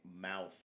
mouth